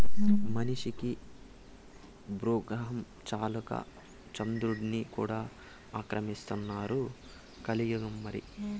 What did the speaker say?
మనిషికి బూగ్రహం చాలక చంద్రుడ్ని కూడా ఆక్రమిస్తున్నారు కలియుగం మరి